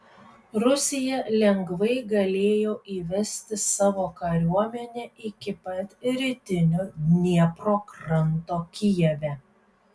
rusija lengvai galėjo įvesti savo kariuomenę iki pat rytinio dniepro kranto kijeve